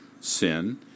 sin